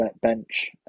bench